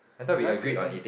Giant close at ten thir~